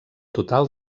total